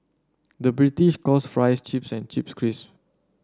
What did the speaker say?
the British calls fries chips and chips cris